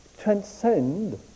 transcend